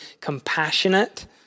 compassionate